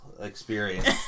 experience